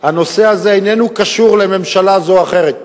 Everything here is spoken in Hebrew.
הנושא הזה איננו קשור לממשלה זו או אחרת.